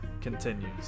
continues